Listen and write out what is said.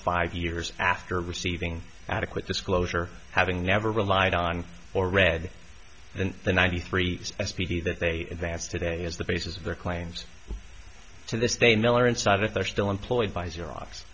five years after receiving adequate disclosure having never relied on or read in the ninety three s p d that they advanced today as the basis of their claims to this day miller and sabbath are still employed by xerox